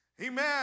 Amen